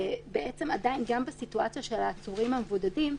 גם בסיטואציה של העצורים המבודדים,